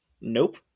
Nope